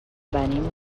venim